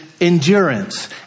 endurance